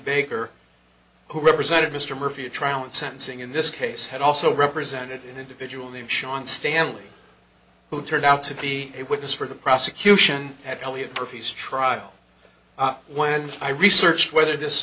baker who represented mr murphy trial and sentencing in this case had also represented an individual named sean stanley who turned out to be a witness for the prosecution at elliot previous trial when i researched whether this